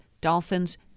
Dolphins